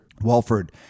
Walford